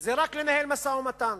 אלא רק לנהל משא-ומתן.